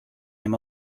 him